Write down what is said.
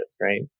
Right